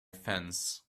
fence